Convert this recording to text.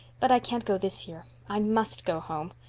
but i can't go this year i must go home.